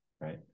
right